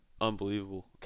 Unbelievable